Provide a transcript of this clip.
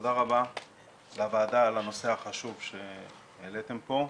תודה רבה לוועדה על הנושא החשוב שהעליתם פה.